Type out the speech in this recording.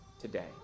today